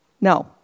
No